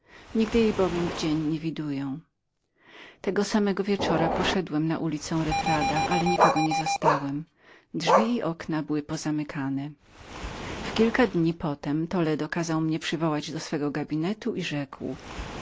nigdy jej bowiem w dzień nie widuję tego samego wieczora poszedłem na ulicę retardo ale nikogo nie zastałem drzwi i okna były pozamykane w kilka dni potem toledo kazał mnie przywołać do swego gabinetu i rzekł